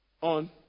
on